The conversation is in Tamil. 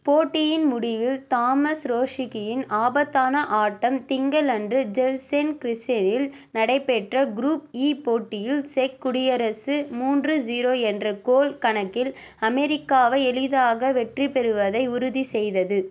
போட்டியின் முடிவில் தாமஸ் ரோஷிக்கியின் ஆபத்தான ஆட்டம் திங்களன்று ஜெல்சென்கிர்ச்செனில் நடைபெற்ற க்ரூப் இ போட்டியில் செக் குடியரசு மூன்று ஸீரோ என்ற கோல் கணக்கில் அமெரிக்காவை எளிதாக வெற்றிப்பெறுவதை உறுதி செய்தது